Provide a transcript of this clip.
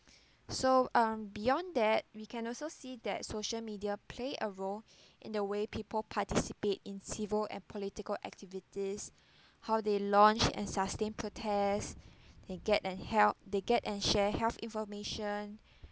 so um beyond that we can also see that social media played a role in the way people participate in civil and political activities how they launch and sustain protest they get and help they get and share health information